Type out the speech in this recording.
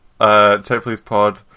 CheckPleasePod